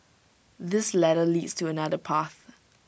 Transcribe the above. this ladder leads to another path